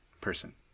person